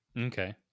okay